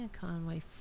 Conway